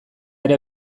ere